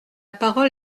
parole